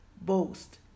boast